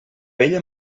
ella